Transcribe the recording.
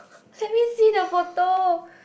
let me see the photo